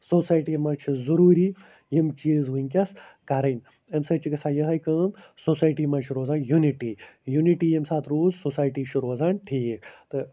society منٛز چھِ ضروٗری یِم چیٖز ؤنکٮ۪س کَرٕنۍ اَمہِ سۭتۍ چھِ گژھان یِہَے کٲم سوسایٹی منٛز چھُ روزان یوٗنِٹی یوٗنِٹی ییٚمہِ ساتہٕ روٗز سوسایٹی چھِ روزان ٹھیٖک تہٕ